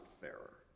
fairer